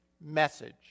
message